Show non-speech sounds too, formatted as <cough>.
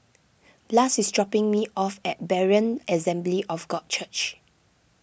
<noise> Blas is dropping me off at Berean Assembly of God Church